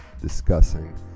discussing